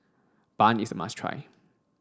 bun is a must try